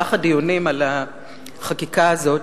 במהלך הדיונים על החקיקה הזאת,